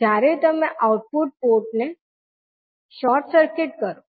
હવે જ્યારે તમે આઉટપુટ પોર્ટ ને શોર્ટ સર્કિટ કરો